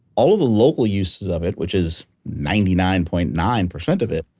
all of the local uses of it, which is ninety nine point nine percent of it,